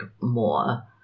more